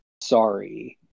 sorry